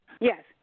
Yes